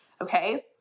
Okay